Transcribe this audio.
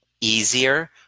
easier